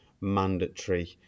mandatory